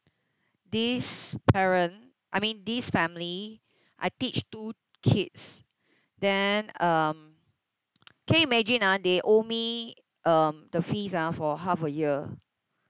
this parent I mean this family I teach two kids then um can you imagine ah they owe me um the fees ah for half a year